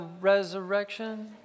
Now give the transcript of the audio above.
Resurrection